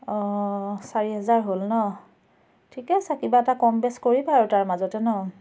অঁ চাৰিহাজাৰ হ'ল ন ঠিকে আছে কিবা এটা কম বেচ কৰিবা আৰু তাৰ মাজতে ন